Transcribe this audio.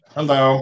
Hello